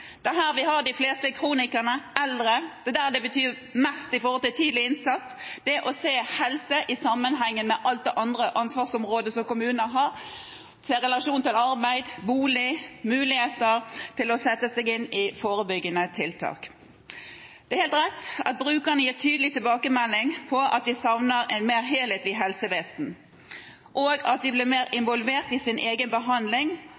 Det er der vi har de fleste kronikere og eldre. Det er der tidlig innsats betyr mest – det å se helse i sammenheng med alle de andre ansvarsområdene som kommunene har, se relasjonen til arbeid, bolig og muligheter til å sette seg inn i forebyggende tiltak. Det er helt rett at brukerne gir tydelig tilbakemelding på at de savner et mer helhetlig helsevesen, og at de blir mer involvert i sin egen behandling.